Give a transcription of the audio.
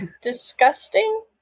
disgusting